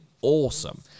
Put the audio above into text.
awesome